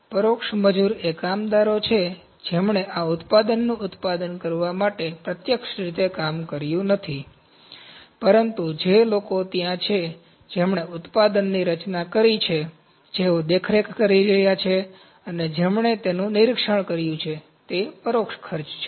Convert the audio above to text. પરોક્ષ મજૂર એ કામદારો છે જેમણે આ ઉત્પાદનનું ઉત્પાદન કરવા માટે પ્રત્યક્ષ રીતે કામ કર્યું નથી પરંતુ જે લોકો ત્યાં છે જેમણે ઉત્પાદનની રચના કરી છે જેઓ દેખરેખ કરી રહ્યા છે અને જેમણે તેનું નિરીક્ષણ કર્યું છે તે પરોક્ષ ખર્ચ છે